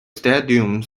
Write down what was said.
stadium